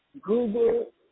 Google